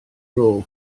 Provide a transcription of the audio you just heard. rôl